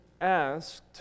asked